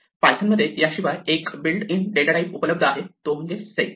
Python मध्ये याशिवाय एक बिल्ड इन डेटा टाइप उपलब्ध आहे तो म्हणजे सेट